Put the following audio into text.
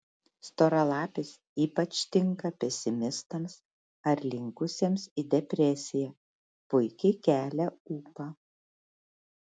storalapis ypač tinka pesimistams ar linkusiems į depresiją puikiai kelia ūpą